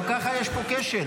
גם ככה יש פה כשל.